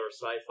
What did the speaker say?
sci-fi